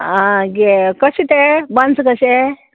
आं गे कशें तें बंस कशे